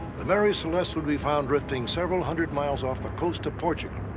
the mary celeste would be found drifting several hundred miles off the coast of portugal,